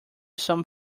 some